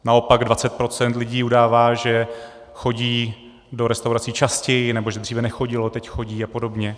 Naopak 20 % lidí udává, že chodí do restaurací častěji, nebo že dříve nechodili, teď chodí, apod.